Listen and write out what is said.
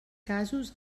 casos